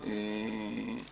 היה לא פעם ניסיון לעשות את זה.